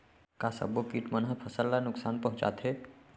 का सब्बो किट मन ह फसल ला नुकसान पहुंचाथे?